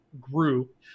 group